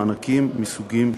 מענקים מסוגים שונים.